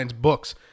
books